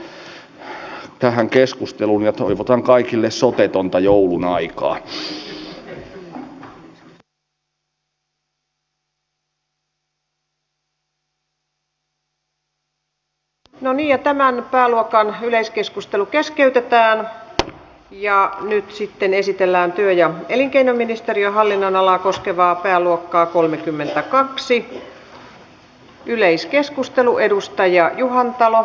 haluan osaltani myöskin kiittää valiokuntaa erinomaisen hyvästä työskentelystä ja myöskin mietinnöstä sekä nyt jälleen kiitän myöskin vastalauseista joita oli jätetty koska siellä oli erittäin tärkeitä asioita nostettu esiin